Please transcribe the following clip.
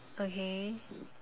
okay